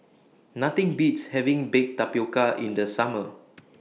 Nothing Beats having Baked Tapioca in The Summer